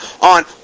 on